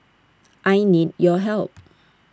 I need your help